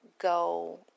go